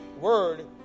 word